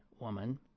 woman